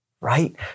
right